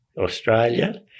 Australia